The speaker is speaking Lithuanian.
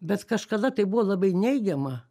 bet kažkada tai buvo labai neigiama